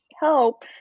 help